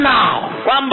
now